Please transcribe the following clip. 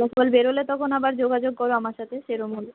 result বেরলে তখন আবার যোগাযোগ করো আমার সাথে সেরকম হলে